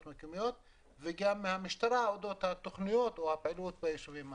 המקומיות וגם מהמשטרה לגבי התוכניות או הפעילות בישובים הערביים.